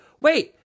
wait